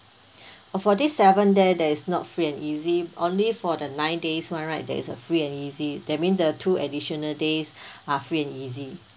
uh for this seven days there is not free and easy only for the nine days [one] right there is a free and easy that mean the two additional days are free and easy